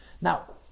Now